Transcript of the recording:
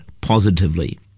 positively